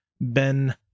Ben